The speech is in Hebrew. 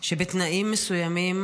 שבתנאים מסוימים